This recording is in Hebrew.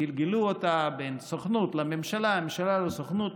שגלגלו אותה בין הסוכנות לממשלה ומהממשלה לסוכנות,